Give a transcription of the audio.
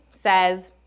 says